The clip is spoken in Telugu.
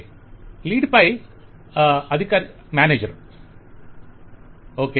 క్లయింట్ లీడ్ పై అధికారి మేనేజర్ వెండర్ ఓకె